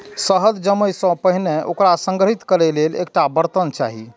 शहद जमै सं पहिने ओकरा संग्रहीत करै लेल एकटा बर्तन चाही